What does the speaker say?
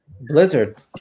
blizzard